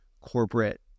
corporate